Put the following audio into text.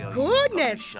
goodness